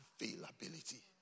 availability